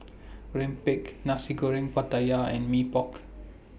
Rempeyek Nasi Goreng Pattaya and Mee Pok